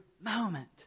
moment